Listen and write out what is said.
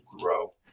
grow